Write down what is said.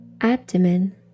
abdomen